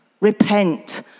repent